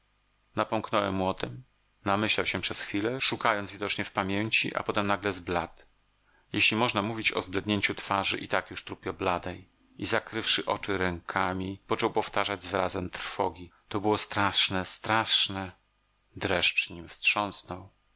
o tem namyślał się przez chwilę szukając widocznie w pamięci a potem nagle zbladł jeśli można mówić o zblednięciu twarzy i tak już trupio bladej i zakrywszy oczy rękami począł powtarzać z wyrazem trwogi to było straszne straszne dreszcz nim wstrząsnął